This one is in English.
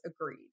agreed